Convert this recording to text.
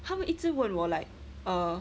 他们一直问我 like err